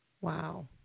Wow